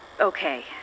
okay